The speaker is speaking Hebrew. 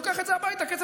לוקח את זה הביתה.